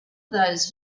those